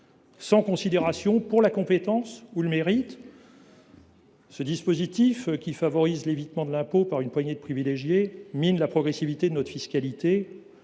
sans considération pour la compétence ou le mérite ! Ce dispositif, qui favorise l’évitement de l’impôt par une poignée de privilégiés, mine la progressivité de notre fiscalité.